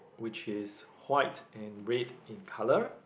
which is white and red in color